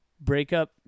breakup